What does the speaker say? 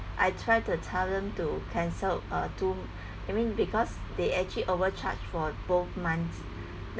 I try to tell them to cancelled uh two I mean because they actually overcharged for both months